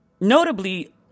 Notably